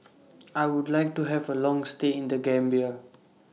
I Would like to Have A Long stay in The Gambia